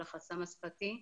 של החסם השפתי.